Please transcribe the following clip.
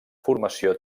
formació